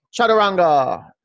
Chaturanga